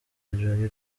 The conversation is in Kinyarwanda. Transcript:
jolly